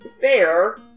fair